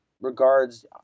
regards